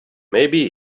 maybe